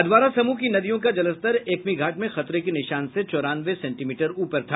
अधवारा समूह नदी का जलस्तर एकमीघाट में खतरे के निशान से चौरानबे सेंटीमीटर ऊपर था